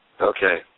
Okay